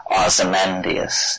Ozymandias